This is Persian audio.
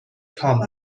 تام